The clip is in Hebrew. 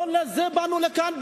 לא לזה באנו לכאן.